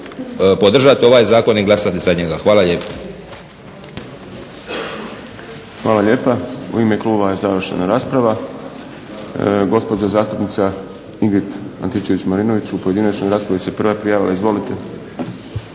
podržati ovaj Zakon i glasati za njega. Hvala lijepa. **Šprem, Boris (SDP)** Hvala lijepa. U ime klubova je završena rasprava. Gospođa Ingrid Antičević-Marinović u pojedinačnoj raspravi se prijavila. Izvolite.